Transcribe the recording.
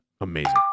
Amazing